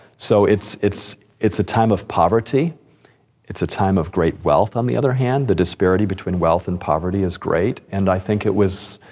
so it's, it's it's a time of poverty it's a time of great wealth, on the other hand. the disparity between wealth and poverty is great. and i think it was